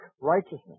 Righteousness